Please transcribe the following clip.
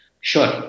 Sure